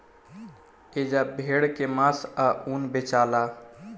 एजा भेड़ के मांस आ ऊन बेचाला